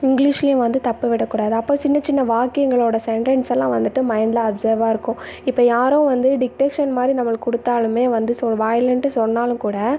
இங்கிலீஷ்லேயும் வந்து தப்பு விடக்கூடாது அப்போ சின்ன சின்ன வாக்கியங்களோட சென்டன்ஸ் எல்லாம் வந்துவிட்டு மைண்டில் அப்செர்வாக இருக்கும் இப்போ யாரோ வந்து டிக்டேஷன் மாதிரி நம்மளுக்கு கொடுத்தாலுமே வந்து ஸோ வாயிலன்ட்டு சொன்னாலும் கூட